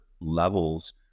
levels